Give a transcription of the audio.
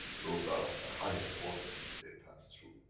those are of the higher order, they pass through.